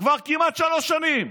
כבר כמעט שלוש שנים.